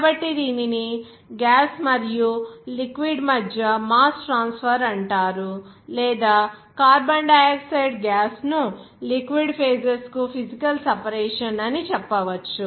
కాబట్టి దీనిని గ్యాస్ మరియు లిక్విడ్ మధ్య మాస్ ట్రాన్స్ఫర్ అంటారు లేదా కార్బన్ డయాక్సైడ్ గ్యాస్ ను లిక్విడ్ ఫేజెస్ కు ఫీజికల్ సెపరేషన్ అని చెప్పవచ్చు